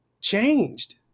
changed